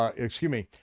ah excuse me,